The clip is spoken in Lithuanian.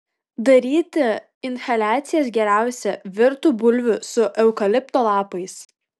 daryti inhaliacijas geriausia virtų bulvių su eukalipto lapais